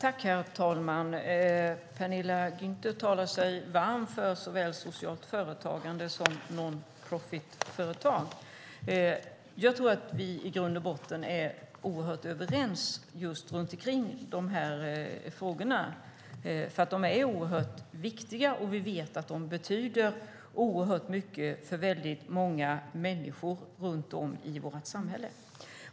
Herr talman! Penilla Gunther talar sig varm för såväl socialt företagande som non-profit-företag. Jag tror att vi i grund och botten är oerhört överens kring de här frågorna, för de är oerhört viktiga och vi vet att de betyder oerhört mycket för väldigt många människor runt om i vårt samhälle.